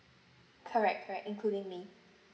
correct correct including me